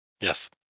Yes